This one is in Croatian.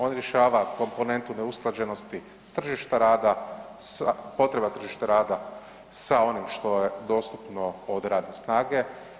On rješava komponentu neusklađenosti tržišta rada sa, potreba tržišta rada sa onim što je dostupno od radne snage.